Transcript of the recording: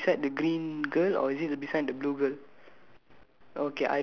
okay which one you talking about is it beside the green girl or is it the beside the blue girl